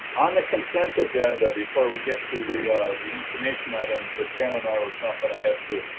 on the consent agenda, before we get to the ah the information items that ken and i were jumping ahead to,